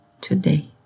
today